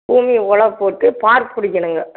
ஊனி உழவ போட்டு பார் பிடிக்கிணுங்க